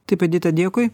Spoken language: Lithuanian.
taip judita dėkui